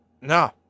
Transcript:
No